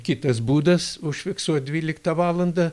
kitas būdas užfiksuot dvyliktą valandą